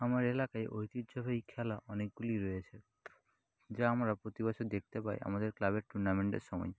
আমার এলাকায় ঐতিহ্যবাহী খেলা অনেকগুলিই রয়েছে যা আমরা প্রতি বছর দেখতে পাই আমাদের ক্লাবের টুর্নামেন্টের সময়